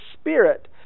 spirit